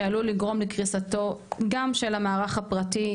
שעלולה לגרום גם לקריסתו של המערך הפרטי,